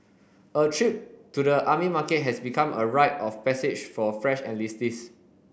a trip to the army market has become a rite of passage for fresh enlistees